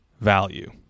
value